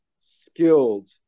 skilled